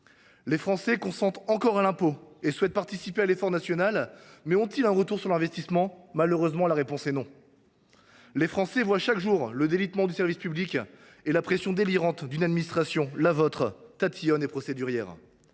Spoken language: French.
Les Français consentent encore à l’impôt et souhaitent participer à l’effort national, mais peuvent ils espérer un retour sur investissement ? Malheureusement, la réponse est non. Les Français assistent chaque jour au délitement du service public et subissent la pression délirante d’une administration – la vôtre, monsieur le